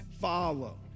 follow